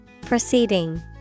proceeding